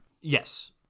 yes